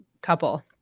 couple